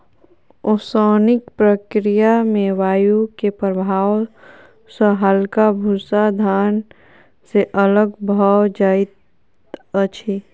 ओसौनिक प्रक्रिया में वायु के प्रभाव सॅ हल्का भूस्सा धान से अलग भअ जाइत अछि